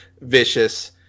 vicious